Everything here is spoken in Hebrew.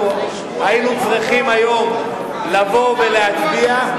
אנחנו היינו צריכים היום לבוא ולהצביע,